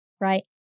right